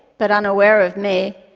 but unaware of me,